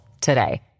today